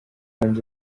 muhanzi